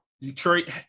Detroit